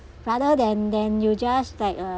rather than than you just like uh